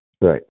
right